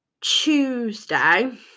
Tuesday